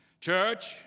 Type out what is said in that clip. Church